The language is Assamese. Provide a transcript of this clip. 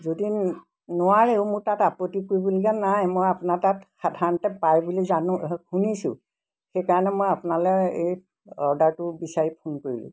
যদি নোৱাৰেও মোৰ তাত আপত্তি কৰিবলগীয়া নাই মই আপোনাৰ তাত সাধাৰণতে পায় বুলি জানো শুনিছোঁ সেইকাৰণে মই আপোনালৈ এই অৰ্ডাৰটো বিচাৰি ফোন কৰিলোঁ